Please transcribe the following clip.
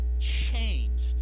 changed